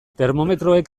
termometroek